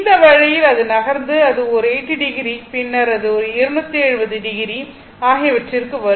இந்த வழியில் அது நகர்ந்து அது ஒரு 80o பின்னர் இது 270o ஆகியவற்றிக்கு வரும்